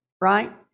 right